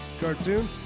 cartoon